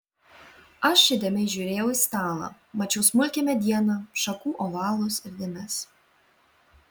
aš įdėmiai žiūrėjau į stalą mačiau smulkią medieną šakų ovalus ir dėmes